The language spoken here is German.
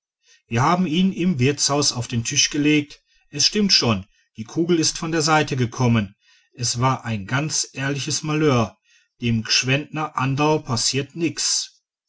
wir haben ihn im wirtshaus auf den tisch gelegt es stimmt schon die kugel ist von der seite gekommen es war ein ganz ehrliches malheur dem g'schwendtner anderl passiert nix